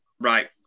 Right